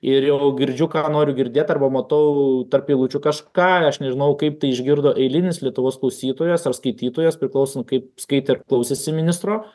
ir jau girdžiu ką noriu girdėt arba matau tarp eilučių kažką aš nežinau kaip tai išgirdo eilinis lietuvos klausytojas ar skaitytojas priklauso kaip skaitė ir klausėsi ministro